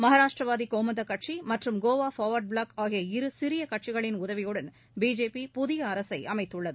மகாராஷ்ட்ரவாதி கோமந்தக் கட்சி மற்றும் Goa forward bloc ஆகிய இரு சிறிய கட்சிகளின் உதவியுடன் பிஜேபி புதிய அரசை அமைத்துள்ளது